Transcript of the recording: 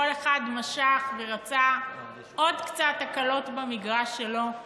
כל אחד משך ורצה עוד קצת הקלות במגרש שלו,